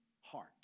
heart